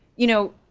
you know,